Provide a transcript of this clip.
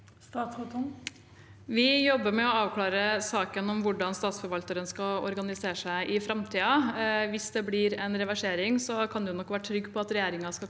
Tung Vi jobber med å avklare saken om hvordan statsforvalterne skal organisere seg i framtiden. Hvis det blir en reversering, kan man nok være trygg på at regjeringen skal